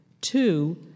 two